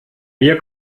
mir